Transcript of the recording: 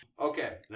Okay